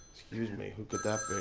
excuse me, who could that